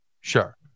Sure